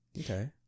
okay